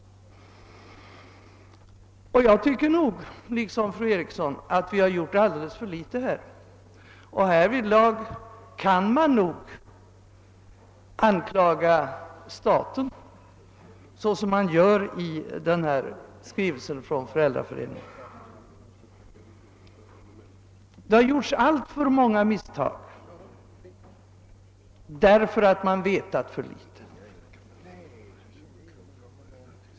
Jag tycker liksom fru Eriksson i Stockholm att vi gjort alldeles för litet i detta avseende. Härvidlag kan, såsom gjordes i skrivelsen från Föräldraföreningen mot narkotika, anklagelser riktas mot staten. Det har gjorts alltför många misstag därför att man vetat för litet.